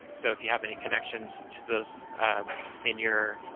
so if you have any connections to those in your,